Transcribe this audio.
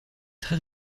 très